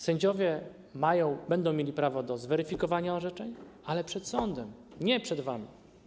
Sędziowie mają, będą mieli prawo do zweryfikowania orzeczeń, ale przed sądem, nie przed wami.